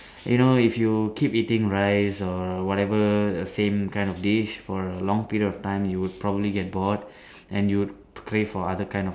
you know if you keep eating rice or whatever same kind of dish for a long period of time you would probably get bored and you crave for other kind of